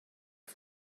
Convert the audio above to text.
fun